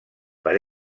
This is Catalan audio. per